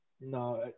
No